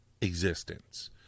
existence